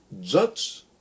judge